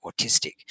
autistic